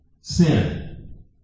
Sin